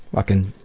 ah can